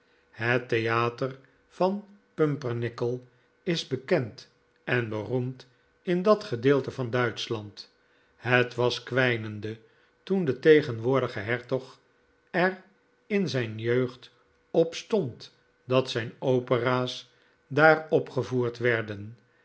het theater van pumpernickel is bekend en beroemd in dat gedeelte van duitschland het was kwijnende toen de tegenwoordige hertog er in zijn jeugd op stond dat zijn opera's daar opgevoerd werden